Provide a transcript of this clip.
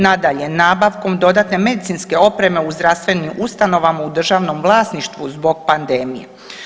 Nadalje, nabavkom dodatne medicinske opreme u zdravstvenim ustanovama u državnom vlasništvu zbog pandemije.